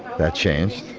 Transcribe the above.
that changed.